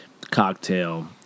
cocktail